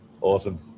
Awesome